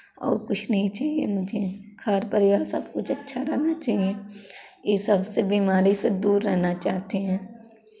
और कुछ नहीं चाहिए मुझे घर परिवार सब कुछ अच्छा रहना चाहिए ई सबसे बिमारी से दूर रहना चाहते हैं